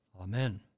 Amen